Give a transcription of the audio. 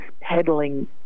peddling